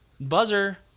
buzzer